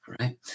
right